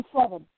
seven